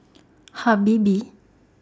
Habibie